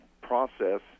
process